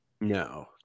No